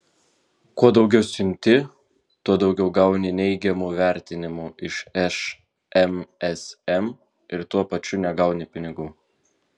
kuo daugiau siunti tuo daugiau gauni neigiamų vertinimų iš šmsm ir tuo pačiu negauni pinigų